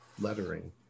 lettering